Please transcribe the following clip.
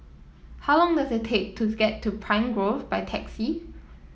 how long does it take to get to Pine Grove by taxi